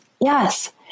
Yes